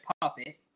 puppet